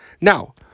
Now